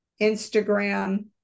Instagram